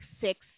six